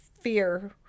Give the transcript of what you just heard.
fear